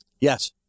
Yes